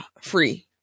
free